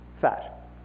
fat